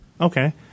Okay